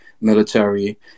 military